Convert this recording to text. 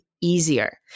easier